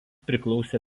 priklausė